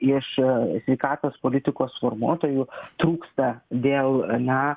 iš sveikatos politikos formuotojų trūksta dėl na